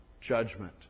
judgment